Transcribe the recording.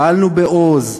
פעלנו בעוז,